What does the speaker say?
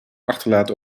achterlaten